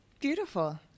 Beautiful